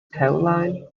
caroline